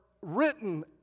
written